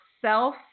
self